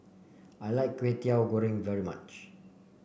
I like Kway Teow Goreng very much